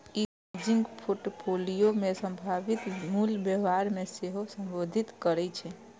ई hedging portfolio मे संभावित मूल्य व्यवहार कें सेहो संबोधित करै छै